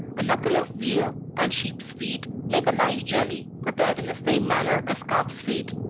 a knuckle of veal, and sheep's feet, make a nice jelly, prepared in the same manner as calf's feet.